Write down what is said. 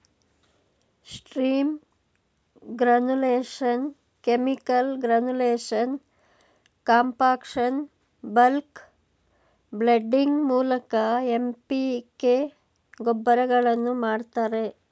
steam granulation, chemical granulation, compaction, bulk blending ಮೂಲಕ MPK ಗೊಬ್ಬರಗಳನ್ನು ಮಾಡ್ತರೆ